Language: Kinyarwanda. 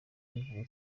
bivugwa